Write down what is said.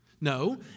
No